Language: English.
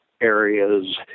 areas